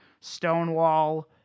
stonewall